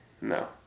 No